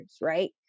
right